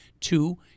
two